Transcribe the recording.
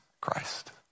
Christ